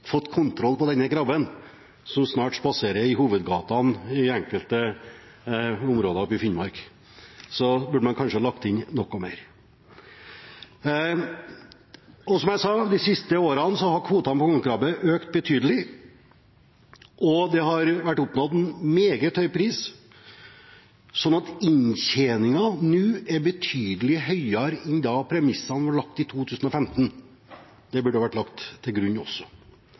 denne krabben, som snart spaserer i hovedgatene i enkelte områder oppe i Finnmark, burde man kanskje ha lagt inn noe mer. Som jeg sa – de siste årene har kvotene med kongekrabbe økt betydelig, og det har vært oppnådd en meget høy pris, slik at inntjeningen nå er betydelig høyere enn da premissene ble lagt i 2015. Det burde også vært lagt til grunn. Derfor mener også